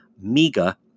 MEGA